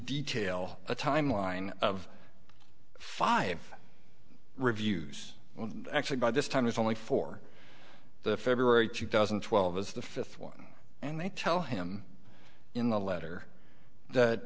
detail a timeline of five reviews actually by this time is only for the february two thousand and twelve is the fifth one and they tell him in the letter that